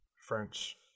French